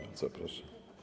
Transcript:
Bardzo proszę.